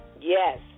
Yes